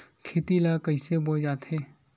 खेती ला कइसे बोय जाथे?